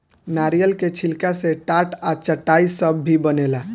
नारियल के छिलका से टाट आ चटाई सब भी बनेला